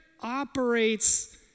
operates